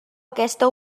aquesta